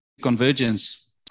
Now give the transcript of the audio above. convergence